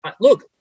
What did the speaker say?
look